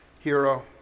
Hero